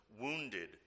wounded